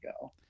go